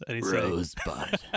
Rosebud